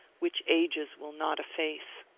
which ages will not efface.